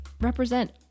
represent